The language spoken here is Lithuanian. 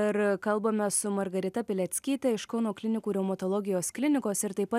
ir kalbame su margarita pileckyte iš kauno klinikų reumatologijos klinikos ir taip pat